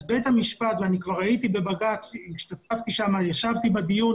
בית המשפט ואני כבר הייתי בבג"ץ וישבתי בדיון